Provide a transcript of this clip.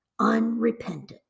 unrepentant